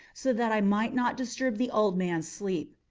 so that i might not disturb the old man's sleep.